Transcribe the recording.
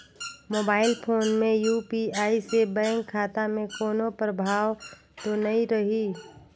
Mobile phone मे UPI से bank खाता मे कोनो प्रभाव तो नइ रही?